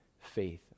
faith